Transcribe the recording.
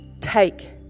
take